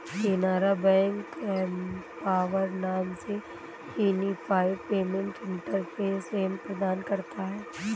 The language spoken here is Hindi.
केनरा बैंक एम्पॉवर नाम से यूनिफाइड पेमेंट इंटरफेस ऐप प्रदान करता हैं